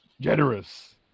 generous